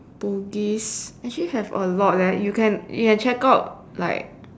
bugis actually have a lot leh you can you can check out like